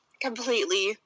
completely